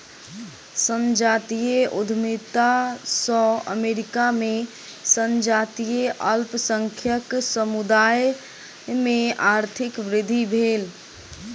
संजातीय उद्यमिता सॅ अमेरिका में संजातीय अल्पसंख्यक समुदाय में आर्थिक वृद्धि भेल